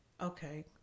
Okay